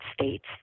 States